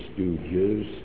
stooges